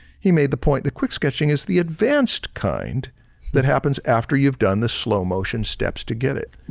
he made the point that quick sketching is the advanced kind that happens after you've done the slow motion steps to get it.